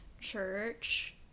church